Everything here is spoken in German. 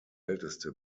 älteste